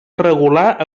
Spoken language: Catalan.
regular